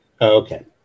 Okay